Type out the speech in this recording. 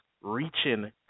reaching